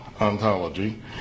ontology